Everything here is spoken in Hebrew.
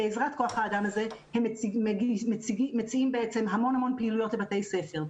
בעזרת כוח-האדם הזה הם מציעים בעצם המון פעילויות לבתי ספר.